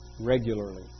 Regularly